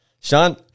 Sean